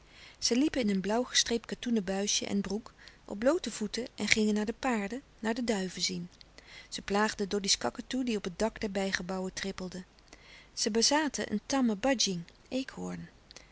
zij liepen in een blauw gestreept katoenen buisje en broek op bloote voeten en gingen naar de paarden naar de duiven zien ze plaagden doddy's kakatoe die op het dak der bijgebouwen trippelde zij bezaten een tamme